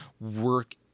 work